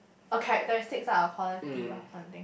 okay statistics are quality loh something